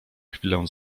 chwilę